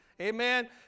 Amen